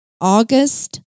august